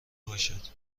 باشد